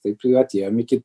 taip ir atėjom iki